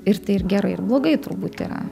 ir tai ir gerai ir blogai turbūt yra